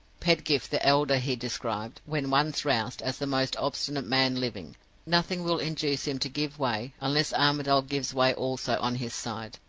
pedgift the elder he described, when once roused, as the most obstinate man living nothing will induce him to give way, unless armadale gives way also on his side.